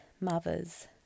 mothers